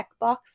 checkbox